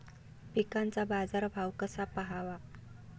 पिकांचा बाजार भाव कसा पहावा?